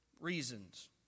reasons